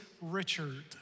Richard